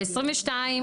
ב-2022 ,